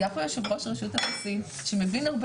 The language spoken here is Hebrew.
היה פה יושב-ראש רשות המיסים שמבין הרבה